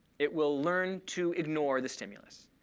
it will learn to ignore the stimulus.